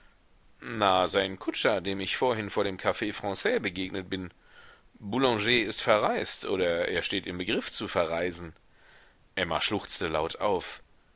na sein kutscher dem ich vorhin vor dem cafe franais begegnet bin boulanger ist verreist oder er steht im begriff zu verreisen emma schluchzte laut auf